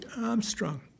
Armstrong